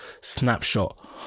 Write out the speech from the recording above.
snapshot